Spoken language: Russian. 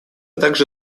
также